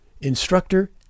instructor